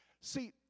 See